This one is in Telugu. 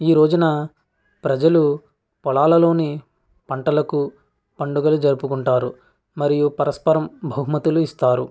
ఈ రోజున ప్రజలు పొలాలలోని పంటలకు పండుగలు జరుపుకుంటారు మరియు పరస్పరం బహుమతులు ఇస్తారు